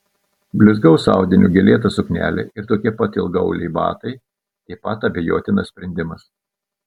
blizgaus audinio gėlėta suknelė ir tokie pat ilgaauliai batai taip pat abejotinas sprendimas